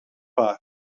park